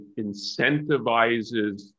incentivizes